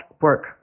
work